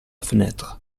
fenêtre